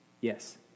Yes